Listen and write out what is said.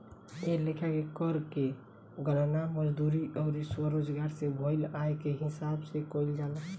ए लेखा के कर के गणना मजदूरी अउर स्वरोजगार से भईल आय के हिसाब से कईल जाला